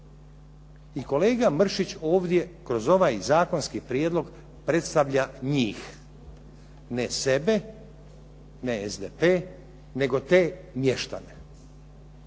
I kolega Mršić ovdje kroz ovaj zakonski prijedlog predstavlja njih, ne sebe, ne SDP, nego te mještane.